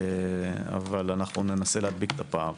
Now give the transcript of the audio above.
אבל אנחנו ננסה להדביק את הפער.